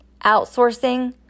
outsourcing